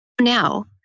Now